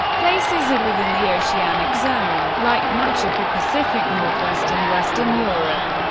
places it within the oceanic zone, like much of the pacific northwest and western europe.